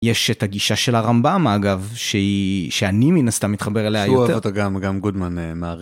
יש את הגישה של הרמב״ם אגב, שהיא, שאני מן הסתם מתחבר אליה יותר. שהוא אוהב אותה גם גודמן מארי.